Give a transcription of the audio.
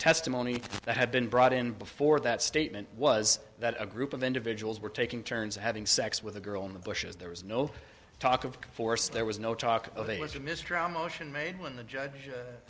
testimony that had been brought in before that statement was that a group of individuals were taking turns having sex with a girl in the bushes there was no talk of force there was no talk of it was a mistrial motion made when the judge